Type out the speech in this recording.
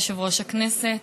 יושב-ראש הכנסת,